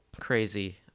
crazy